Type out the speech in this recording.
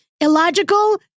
Illogical